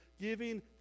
giving